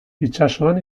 itsasoan